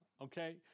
Okay